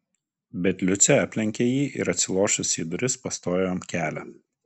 bet liucė aplenkė jį ir atsilošusi į duris pastojo jam kelią